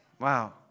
Wow